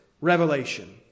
revelation